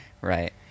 Right